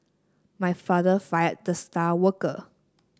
my father fired the star worker